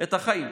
את החיים.